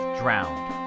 drowned